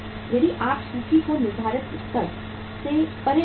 यदि आप सूची को निर्धारित स्तर से परे रखते हैं